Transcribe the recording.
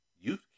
youth